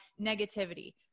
negativity